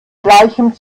gleichem